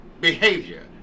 behavior